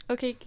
Okay